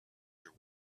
there